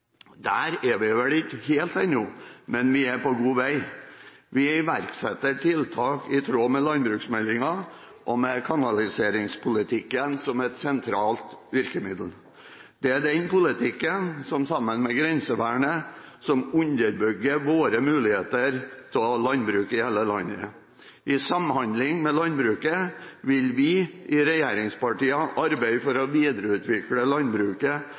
Der er vi vel ikke helt ennå, men vi er på god vei. Vi iverksetter tiltak i tråd med landbruksmeldingen og med kanaliseringspolitikken som et sentralt virkemiddel. Sammen med grensevernet er det denne politikken som underbygger våre muligheter til å ha landbruk i hele landet. I samhandling med landbruket vil vi i regjeringspartiene arbeide for å videreutvikle landbruket,